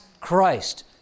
Christ